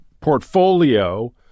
portfolio-